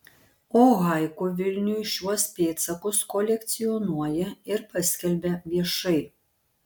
o haiku vilniui šiuos pėdsakus kolekcionuoja ir paskelbia viešai